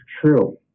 true